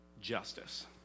justice